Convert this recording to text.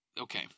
Okay